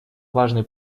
важный